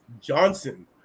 Johnson